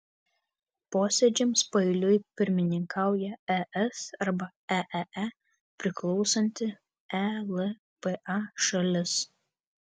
posėdžiams paeiliui pirmininkauja es arba eee priklausanti elpa šalis